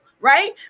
right